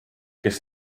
kes